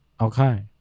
Okay